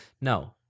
No